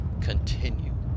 continue